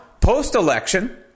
post-election